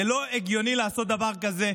זה לא הגיוני לעשות דבר כזה.